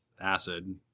acid